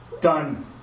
Done